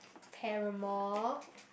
Paramore